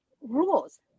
rules